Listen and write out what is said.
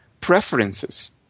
preferences